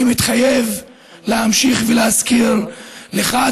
אני מתחייב להמשיך ולהזכיר לך,